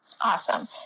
Awesome